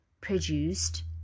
produced